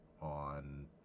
on